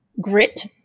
grit